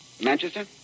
Manchester